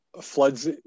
floods